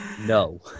No